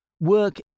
work